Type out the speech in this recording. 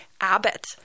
Abbott